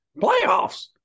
Playoffs